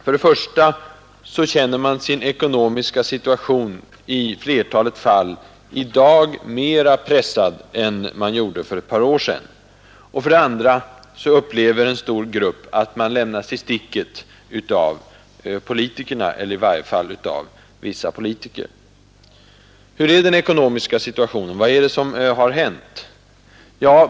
För det första känner man i flertalet fall i dag sin ekonomiska situation mer pressad än man gjorde för ett par år sedan. För det andra tycker en stor grupp att man lämnas i sticket av politikerna — eller i varje fall av vissa politiker. Hurdan är den ekonomiska situationen? Vad har hänt?